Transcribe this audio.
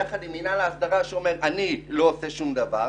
יחד עם מינהל ההסדרה שאומר: אני לא עושה שום דבר,